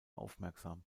aufmerksam